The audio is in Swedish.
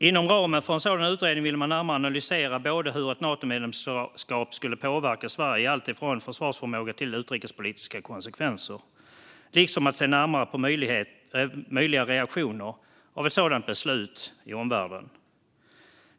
Inom ramen för en sådan utredning ville man närmare analysera hur ett Natomedlemskap skulle påverka Sverige gällande allt från försvarsförmåga till utrikespolitiska konsekvenser och se närmare på möjliga reaktioner på ett sådant beslut i omvärlden.